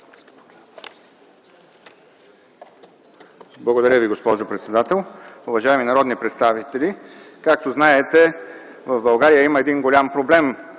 Благодаря Ви, госпожо председател. Уважаеми народни представители, както знаете в България има един голям проблем